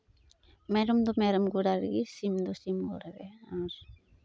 ᱢᱮᱨᱚᱢ ᱫᱚ ᱢᱮᱨᱚᱢ ᱜᱚᱲᱟᱨᱮ ᱟᱨ ᱥᱤᱢ ᱫᱚ ᱥᱤᱢ ᱜᱚᱲᱟᱨᱮ ᱟᱨ